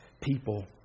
people